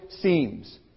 seems